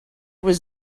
was